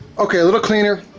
okay, a little cleaner,